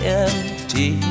empty